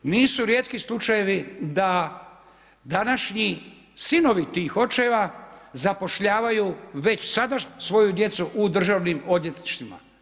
Nisu rijetki slučajevi, da današnji sinovi tih očeva zapošljavaju, već sada svoju djecu u Državnim odvjetništvima.